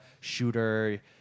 shooter